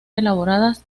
elaboradas